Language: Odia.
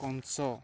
କଂସ